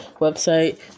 website